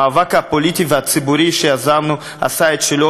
המאבק הפוליטי והציבורי שיזמנו עשה את שלו,